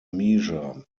measure